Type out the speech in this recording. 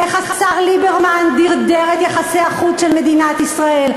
איך השר ליברמן דרדר את יחסי החוץ של מדינת ישראל,